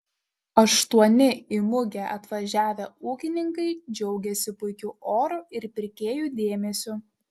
aštuoni į mugę atvažiavę ūkininkai džiaugėsi puikiu oru ir pirkėjų dėmesiu